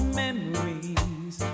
memories